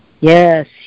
Yes